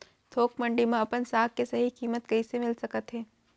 थोक मंडी में अपन साग के सही किम्मत कइसे मिलिस सकत हे?